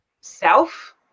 self